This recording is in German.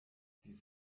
dies